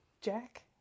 Jack